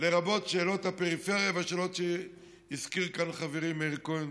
לרבות שאלות הפריפריה והשאלות שהזכיר כאן חברי מאיר כהן,